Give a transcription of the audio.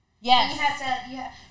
Yes